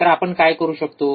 तर आपण काय करू शकतो